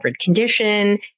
condition